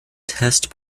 test